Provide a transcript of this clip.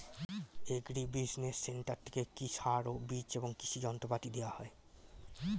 Agri business centre থেকে কি সার ও বিজ এবং কৃষি যন্ত্র পাতি দেওয়া হয়?